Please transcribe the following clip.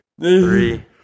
three